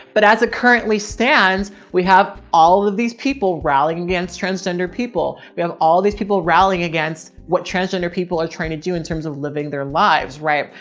but as it currently stands, we have all of these people rallying against transgender people. we have all these people rallying against what transgender people are trying to do. in terms of living their lives, right.